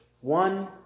one